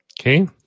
Okay